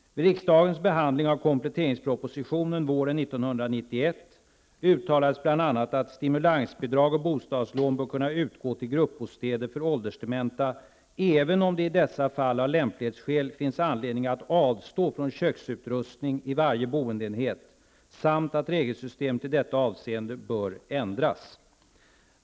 uttalades bl.a. att stimulansbidrag och bostadslån bör kunna utgå till gruppbostäder för åldersdementa, även om det i vissa fall av lämplighetsskäl finns anledning att avstå från köksutrustning i varje boendeenhet, samt att regelsystemet i detta avseende bör ändras.